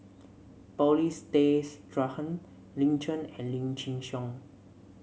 Paulin Stay Straughan Lin Chen and Lim Chin Siong